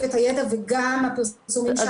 את הידע וגם הפרסומים שאנחנו עושים בשפות.